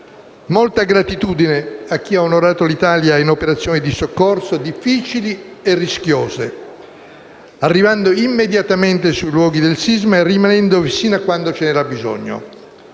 Molta gratitudine va a chi ha onorato l'Italia in operazioni di soccorso, difficili e rischiose, arrivando immediatamente sui luoghi del sisma e rimanendovi sino a quando c'è stato bisogno: